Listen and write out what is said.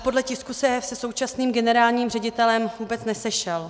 Podle tisku se se současným generálním ředitelem vůbec nesešel.